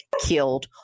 killed